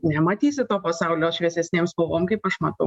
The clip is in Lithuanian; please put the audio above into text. nematysi to pasaulio šviesesnėm spalvom kaip aš matau